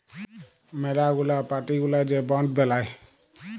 ম্যালা গুলা পার্টি গুলা যে বন্ড বেলায়